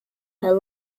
her